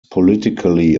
politically